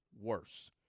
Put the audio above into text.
worse